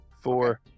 Four